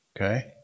Okay